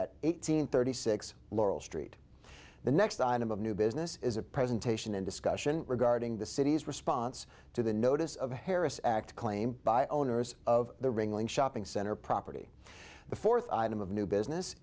at eighteen thirty six laurel street the next item of new business is a presentation in discussion regarding the city's response to the notice of harris act claim by owners of the ringling shopping center property the fourth item of new business